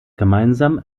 gemeinsam